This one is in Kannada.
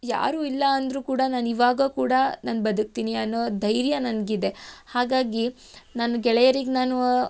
ಯಾರು ಇಲ್ಲ ಅಂದರು ಕೂಡ ನಾನಿವಾಗ ಕೂಡ ನಾನು ಬದುಕ್ತೀನಿ ಅನ್ನೋ ಧೈರ್ಯ ನನಗಿದೆ ಹಾಗಾಗಿ ನನ್ನ ಗೆಳೆಯರಿಗೆ ನಾನು